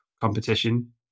competition